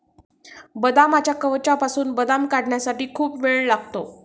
बदामाच्या कवचामधून बदाम काढण्यासाठी खूप वेळ लागतो